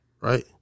right